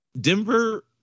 Denver